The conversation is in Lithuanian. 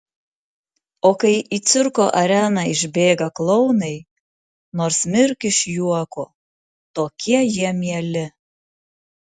o kai į cirko areną išbėga klounai nors mirk iš juoko tokie jie mieli